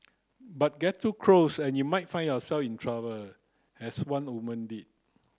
but get too close and you might find yourself in trouble as one woman did